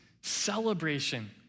celebration